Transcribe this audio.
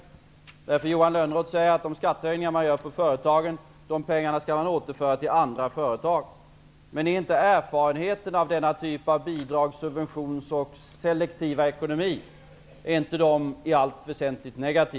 Johan Lönnroth säger nämligen att pengarna från de skattehöjningar som man vill genomföra för företagen skall man återföra till andra företag. Men är inte erfarenheterna av denna typ av bidrags och subventionsekonomi och selektiva ekonomi i allt väsentligt negativa?